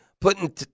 putting